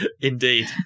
Indeed